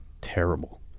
terrible